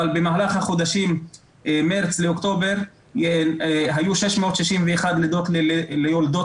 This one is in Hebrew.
אבל במהלך החודשים מארס-אוקטובר היו 661 לידות ליולדות